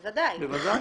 בוודאי.